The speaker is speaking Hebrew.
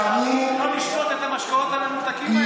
היזהרו יותר בריא לא לשתות את המשקאות הממותקים האלה.